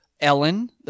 Ellen